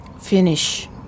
finish